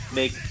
make